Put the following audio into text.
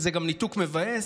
זה גם ניתוק מבאס,